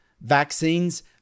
vaccines